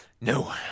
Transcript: No